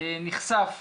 נחשף